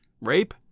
rape